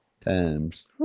Times